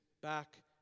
back